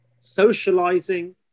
socializing